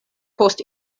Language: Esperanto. post